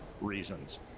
reasons